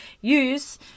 use